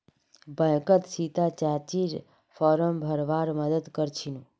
बैंकत सीता चाचीर फॉर्म भरवार मदद कर छिनु